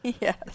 Yes